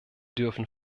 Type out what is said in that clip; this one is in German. dürfen